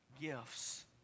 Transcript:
gifts